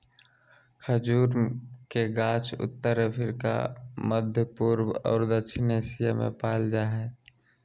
खजूर के गाछ उत्तर अफ्रिका, मध्यपूर्व और दक्षिण एशिया में पाल जा हइ